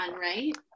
right